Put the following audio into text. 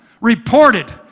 reported